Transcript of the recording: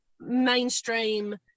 mainstream